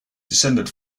descended